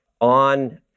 on